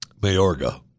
Mayorga